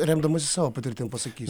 remdamasis savo patirtim pasakysit